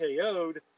KO'd